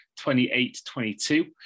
28-22